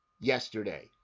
yesterday